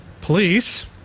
police